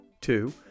Two